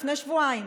לפני שבועיים,